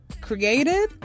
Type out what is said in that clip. created